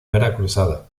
cruzada